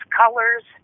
colors